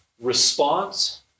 response